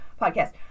podcast